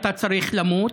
אתה צריך למות.